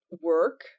work